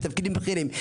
תפקידים בכירים,